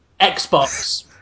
Xbox